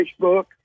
Facebook